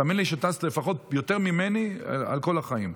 תאמיני לי שטסת יותר ממני על כל החיים.